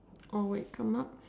or when come up